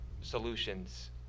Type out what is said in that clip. solutions